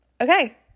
Okay